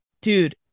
dude